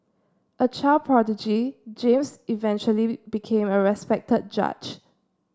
a child prodigy James eventually became a respected judge